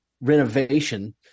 renovation